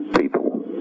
people